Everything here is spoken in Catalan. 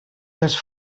dels